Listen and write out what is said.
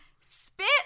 spit